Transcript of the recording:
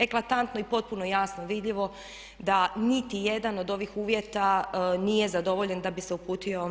Eklatantno i potpuno jasno vidljivo da niti jedan od ovih uvjeta nije zadovoljen da bi se uputio